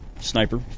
sniper